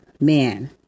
man